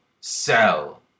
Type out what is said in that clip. Sell